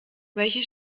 welche